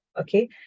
okay